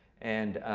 and